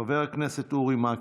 מס' 1246. חבר הכנסת אורי מקלב,